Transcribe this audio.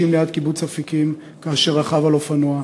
ליד קיבוץ אפיקים כאשר רכב על אופנוע,